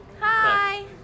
hi